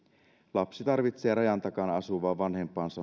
lapsi tarvitsee rajan takana asuvaa vanhempaansa